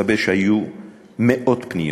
הסתבר שהיו מאות פניות.